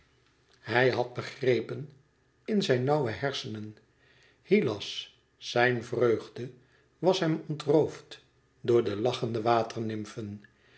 hij had begrepen in zijn nauwe hersenen hylas zijn vreugde was hem ontroofd door de lachende waternymfen